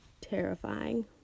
terrifying